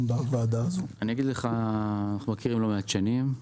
אנחנו מכירים לא מעט שנים,